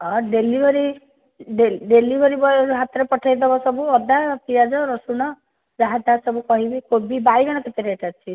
ହଁ delivery delivery boy ହାତରେ ପଠେଇଦେବ ସବୁ ଅଦା ପିଆଜ ରସୁଣ ଯାହା ଯାହା ସବୁ କହିଲି କୋବି ବାଇଗଣ କେତେ ରେଟ୍ ଅଛି